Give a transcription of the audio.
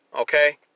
Okay